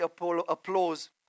applause